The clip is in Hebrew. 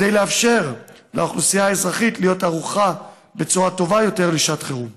כדי לאפשר לאוכלוסייה האזרחית להיות ערוכה בצורה טובה יותר לשעת חירום.